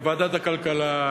לוועדת הכלכלה,